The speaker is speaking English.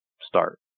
start